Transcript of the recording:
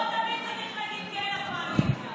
לא תמיד צריך להגיד כן לקואליציה.